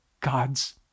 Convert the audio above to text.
God's